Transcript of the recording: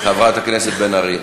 חברת הכנסת בן ארי.